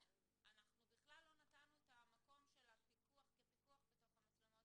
שאנחנו בכלל לא נתנו את המקום של פיקוח כפיקוח בתוך המצלמות